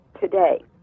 today